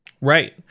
right